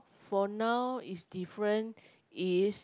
for now is different is